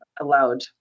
allowed